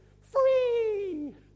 free